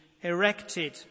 erected